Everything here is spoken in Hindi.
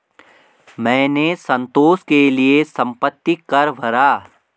मैंने संतोष के लिए संपत्ति कर भरा